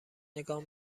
نگاه